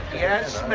yes, ma'am.